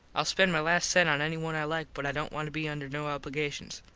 spend my last sent on anyone i like but i dont want to be under no obligations.